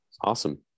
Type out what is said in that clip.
Awesome